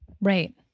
Right